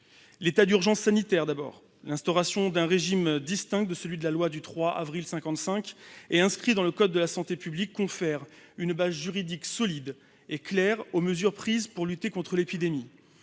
l'état d'urgence sanitaire, l'instauration d'un régime distinct de celui issu de la loi du 3 avril 1955, inscrit dans le code de la santé publique, confère une base juridique solide et claire aux mesures prises pour lutter contre l'épidémie,